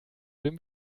dem